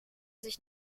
sich